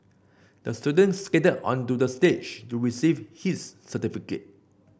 the student skated onto the stage to receive his certificate